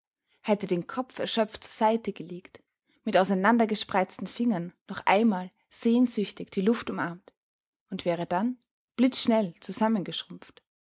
hätte den kopf erschöpft zur seite gelegt mit auseinandergespreizten fingern noch einmal sehnsüchtig die luft umarmt und wäre dann blitzschnell zusammengeschrumpft